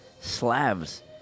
Slavs